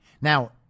Now